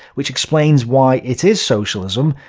which explains why it is socialism,